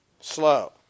slow